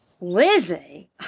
Lizzie